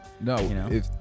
No